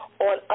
on